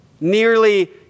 Nearly